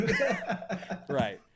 right